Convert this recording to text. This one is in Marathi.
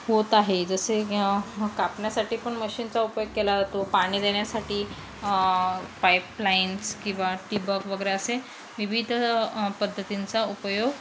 होत आहे जसे कापण्यासाठी पण मशीनचा उपयोग केला जातो पाणी देण्यासाठी पाईप लाईन्स किंवा ठिबक वगैरे असे विविध पद्धतींचा उपयोग